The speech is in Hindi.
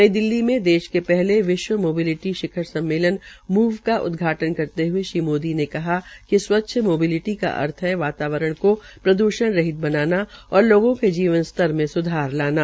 नई दिल्ली के देश में पहले विश्व मोबालिटी शिखर सम्मेलन मूव का उदधाटन् करते हए श्री मोदी ने कहा कि स्वच्छ मोबालिटी का अर्थ वातावरण को प्रद्रषण रहित बनाना और लोगों के जीवन स्तर में सुधार लाना